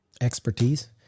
expertise